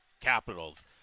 Capitals